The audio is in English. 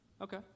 Okay